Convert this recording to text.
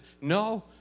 No